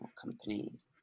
companies